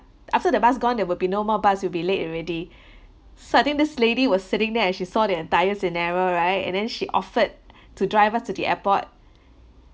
after the bus gone there will be no more bus will be late already so I think this lady was sitting there and she saw the entire scenario right and then she offered to drive us to the airport